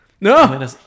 No